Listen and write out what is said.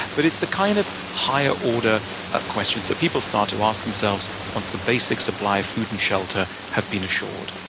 but it's the kind of high ah order ah questions that people start to ask themselves once the basic supply of food and shelter have been assured.